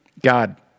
God